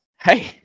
hey